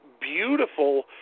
beautiful –